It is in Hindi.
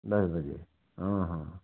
दस बजे हाँ हाँ